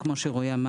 כמו שאמר רועי,